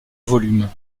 volumes